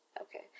okay